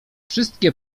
wszystkie